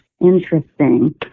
Interesting